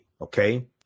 okay